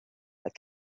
but